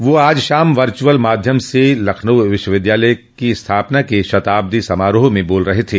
वह आज शाम वर्चुअल माध्यम से लखनऊ विश्वविद्यालय की स्थापना के शताब्दी समारोह में बोल रहे थे